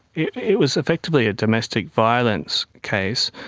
it it was effectively a domestic violence case.